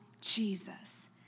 Jesus